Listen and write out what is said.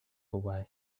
away